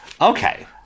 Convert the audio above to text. Okay